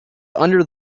under